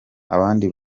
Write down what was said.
abandi